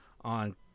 on